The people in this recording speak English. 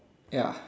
ya